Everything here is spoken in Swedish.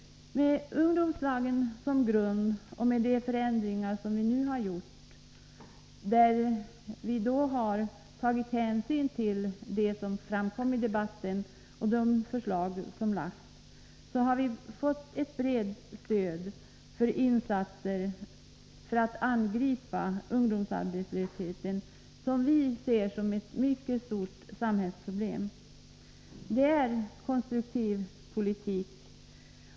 Med ungdomslagen som grund och med de förändringar som vi nu har gjort, där vi har tagit hänsyn till vad som framkom i debatten och de förslag som framlagts, har vi fått ett brett stöd för insatser för att angripa ungdomsarbetslösheten, som vi ser som ett mycket stort samhällsproblem. Det är konstruktiv politik.